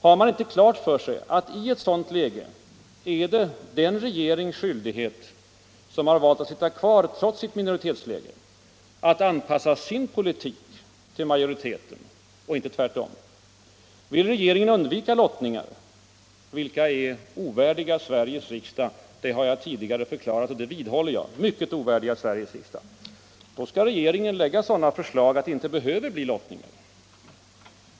Har man inte klart för sig att i ett sådant läge är det den regerings skyldighet som har valt att sitta kvar trots sitt minoritetsläge att anpassa sin politik till majoriteten och inte tvärtom? Vill regeringen undvika lottningar, vilka är ovärdiga Sveriges riksdag — det har jag tidigare förklarat, och det vidhåller jag —, då skall regeringen lägga fram sådana förslag att det inte behöver bli lottningar.